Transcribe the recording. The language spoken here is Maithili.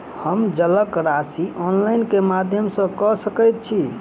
हम जलक राशि ऑनलाइन केँ माध्यम सँ कऽ सकैत छी?